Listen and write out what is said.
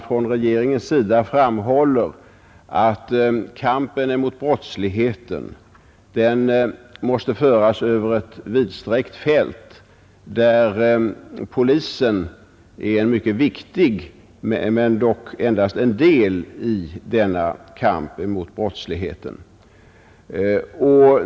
Från regeringens sida framhålles nämligen att kampen mot brottsligheten måste föras över ett vidsträckt fält, där polisen är en mycket viktig men dock endast en del i denna kamp.